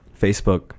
Facebook